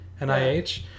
NIH